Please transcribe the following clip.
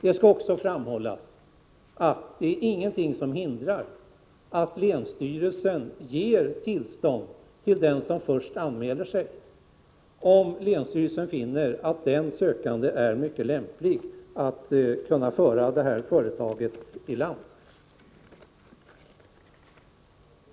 Det skall också framhållas att ingenting hindrar att länsstyrelsen ger tillstånd till den som först anmäler sig, om länsstyrelsen finner att denna sökande är mycket lämplig att föra företaget i land.